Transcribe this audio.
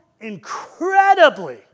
incredibly